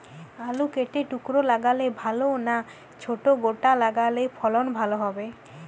আলু কেটে টুকরো লাগালে ভাল না ছোট গোটা লাগালে ফলন ভালো হবে?